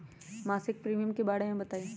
मासिक प्रीमियम के बारे मे बताई?